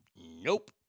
Nope